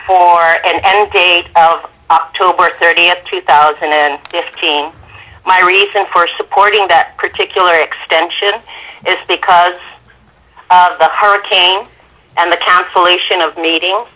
for and okayed october thirtieth two thousand and fifteen my reason for supporting that particular extension is because of the hurricane and the cancellation of meetings